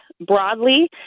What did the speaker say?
broadly